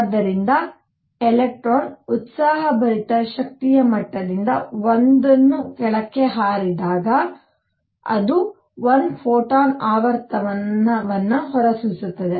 ಆದ್ದರಿಂದ ಎಲೆಕ್ಟ್ರಾನ್ ಉತ್ಸಾಹಭರಿತ ಶಕ್ತಿಯ ಮಟ್ಟದಿಂದ ಒಂದನ್ನು ಕೆಳಕ್ಕೆ ಹಾರಿದಾಗ ಅದು 1 ಫೋಟಾನ್ ಆವರ್ತನವನ್ನು ಹೊರಸೂಸುತ್ತದೆ